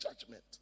judgment